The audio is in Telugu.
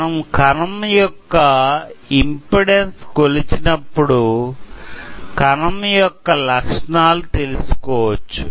మనం కణం యొక్క ఇమ్పెడాన్సు కొలచినప్పుడు కణం యొక్క లక్షణాలు తెలుసుకోవచ్చు